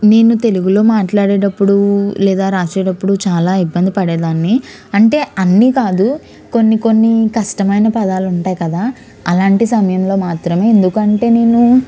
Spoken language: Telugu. నేను తెలుగులో మాట్లాడేటప్పుడు లేదా రాసేటప్పుడు చాలా ఇబ్బంది పడేదాన్ని అంటే అన్నీ కాదు కొన్ని కొన్ని కష్టమైన పదాలు ఉంటాయి కదా అలాంటి సమయంలో మాత్రమే ఎందుకంటే నేను